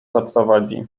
zaprowadzi